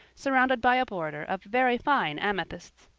surrounded by a border of very fine amethysts.